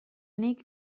nik